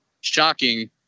shocking